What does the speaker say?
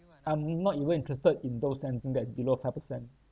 I'm n~ not even interested in those anything that below five percent